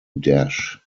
dash